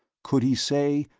could he say,